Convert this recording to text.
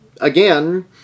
again